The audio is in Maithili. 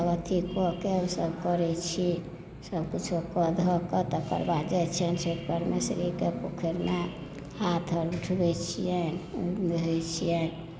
ओ सभ अथी कऽ कऽ करै छी सभ किछु के धऽक तेकर बाद जाय छियनि छठि परमेश्वरीक पोखरिमे हाथ आर उठबै छियनि ओहिमे रहै छियनि